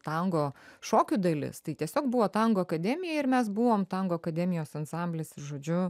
tango šokių dalis tai tiesiog buvo tango akademija ir mes buvom tango akademijos ansamblis žodžiu